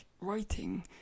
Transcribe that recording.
writing